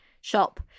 shop